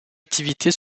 activités